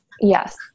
Yes